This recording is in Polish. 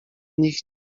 nich